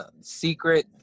Secret